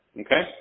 Okay